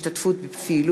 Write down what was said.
תשלומים על-פי ימי